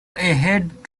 ahead